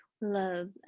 love